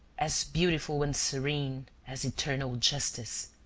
as beautiful and serene as eternal justice.